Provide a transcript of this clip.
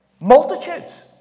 multitudes